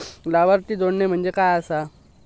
लाभार्थी जोडणे म्हणजे काय आसा?